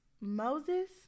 Moses